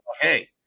hey